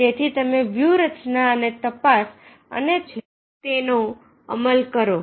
તેથી તમે વ્યૂહરચના અને તપાસ અને તેનો અમલ કરો